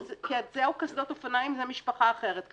קסדות אופניים זה משפחה אחרת.